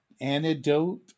antidote